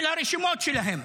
של הרשימות שלהם.